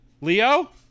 Leo